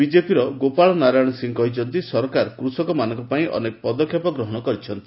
ବିଜେପିର ଗୋପାଳ ନାରାୟଣ ସିଂ କହିଛନ୍ତି ସରକାର ସରକାର କୃଷକମାନଙ୍କ ପାଇଁ ଅନେକ ପଦକ୍ଷେପ ଗ୍ରହଣ କରିଛନ୍ତି